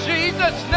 Jesus